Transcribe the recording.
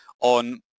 on